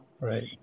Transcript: Right